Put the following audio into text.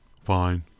Fine